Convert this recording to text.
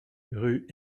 rue